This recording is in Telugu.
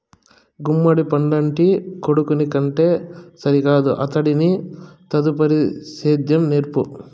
గుమ్మడి పండంటి కొడుకుని కంటే సరికాదు ఆడికి నీ తదుపరి సేద్యం నేర్పు